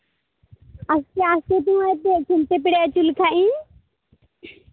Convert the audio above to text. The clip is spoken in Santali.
ᱟᱹᱪᱩ ᱞᱮᱠᱷᱟᱱ ᱜᱮ